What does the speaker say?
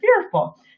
fearful